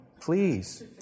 please